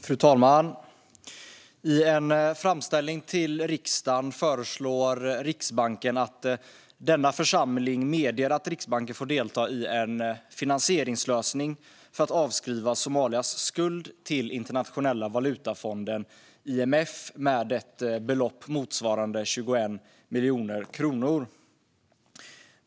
Fru talman! I en framställning till riksdagen föreslår Riksbanken att denna församling medger att Riksbanken får delta i en finansieringslösning för att avskriva Somalias skuld till Internationella valutafonden, IMF, med ett belopp motsvarande 21 miljoner kronor.